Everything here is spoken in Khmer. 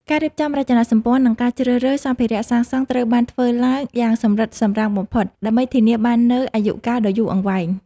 ការរៀបចំរចនាសម្ព័ន្ធ និងការជ្រើសរើសសម្ភារៈសាងសង់ត្រូវបានធ្វើឡើងយ៉ាងសម្រិតសម្រាំងបំផុត ដើម្បីធានាបាននូវអាយុកាលដ៏យូរអង្វែង។